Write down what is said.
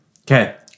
Okay